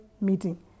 meeting